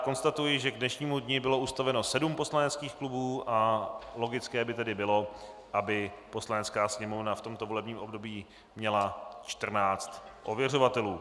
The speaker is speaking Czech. Konstatuji, že k dnešnímu dni bylo ustaveno sedm poslaneckých klubů, a logické by tedy bylo, aby Poslanecká sněmovna v tomto volebním období měla čtrnáct ověřovatelů.